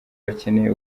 bakeneye